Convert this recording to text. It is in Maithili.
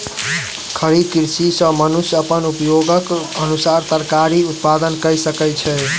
खड़ी कृषि सॅ मनुष्य अपन उपयोगक अनुसार तरकारी उत्पादन कय सकै छै